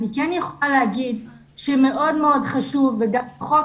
אני כן יכולה להגיד שמאוד מאוד חשוב וגם החוק